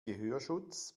gehörschutz